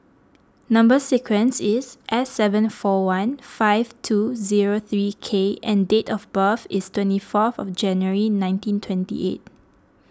Number Sequence is S seven four one five two zero three K and date of birth is twenty fourth January nineteen twenty eight